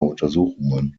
untersuchungen